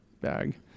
bag